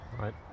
Right